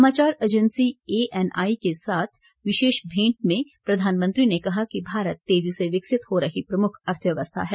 समाचार agency ANI के साथ विशेष मेंट में प्रधानमंत्री ने कहा कि भारत तेजी से विकसित हो रही प्रमुख अर्थवयवस्था है